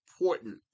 important